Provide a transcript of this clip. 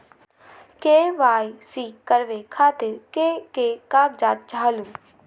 KYC करवे खातीर के के कागजात चाहलु?